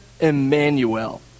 Emmanuel